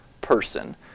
person